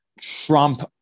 trump